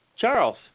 Charles